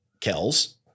Kells